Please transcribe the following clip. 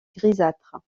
grisâtres